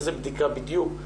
איזו בדיקה בדיוק,